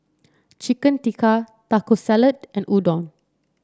Chicken Tikka Taco Salad and Udon